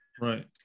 Right